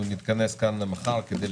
הישיבה ננעלה בשעה 14:00.